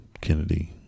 Kennedy